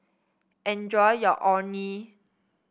enjoy your Orh Nee